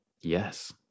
Yes